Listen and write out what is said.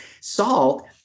salt